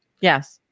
Yes